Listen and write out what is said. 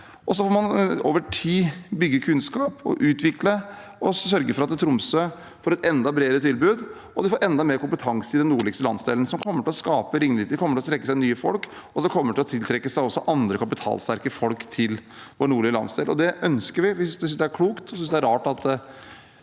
og så får man over tid bygge kunnskap og utvikle og sørge for at Tromsø får et enda bredere tilbud, og at de får enda mer kompetanse i den nordligste landsdelen, som kommer til å skape ringvirkninger. Det kommer til å trekke til seg nye folk, og det kommer også til å tiltrekke seg andre kapitalsterke folk til vår nordlige landsdel. Det ønsker vi. Vi synes det er klokt. Vi synes det er rart –